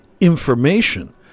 information